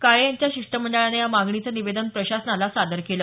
काळे यांच्या शिष्टमंडळानं या मागणीचं निवेदन प्रशासनाला दिलं